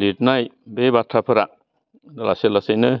लिरनाय बे बाथ्राफोरा लासै लासैनो मा